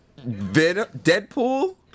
Deadpool